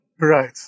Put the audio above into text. Right